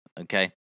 okay